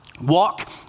walk